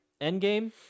Endgame